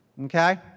Okay